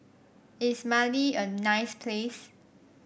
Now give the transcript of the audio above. is Mali a nice place